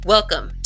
Welcome